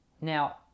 now